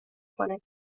کند